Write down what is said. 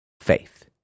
faith